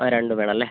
ആ രണ്ടും വേണമല്ലേ